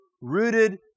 Rooted